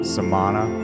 Samana